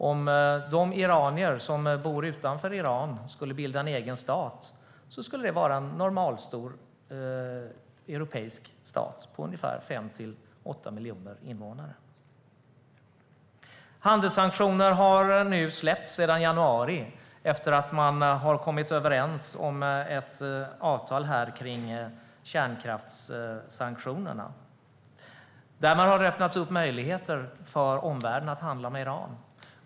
Om de iranier som bor utanför Iran skulle bilda en egen stat skulle det vara en normalstor europeisk stat med ungefär 5-8 miljoner invånare. Sedan januari har nu handelssanktioner släppts. Efter att man kommit överens om ett avtal kring kärnkraftssanktionerna har man öppnat möjligheter för omvärlden att handla med Iran.